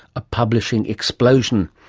a publishing explosion.